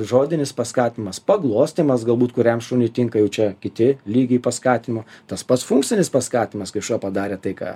žodinis paskatinimas paglostymas galbūt kuriam šuniui tinka jau čia kiti lygiai paskatimo tas pats funkcinis paskatinimas kai šuo padarė tai ką